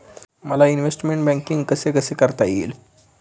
मला investment banking कसे कसे करता येईल?